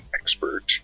expert